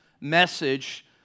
message